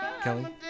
Kelly